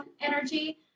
energy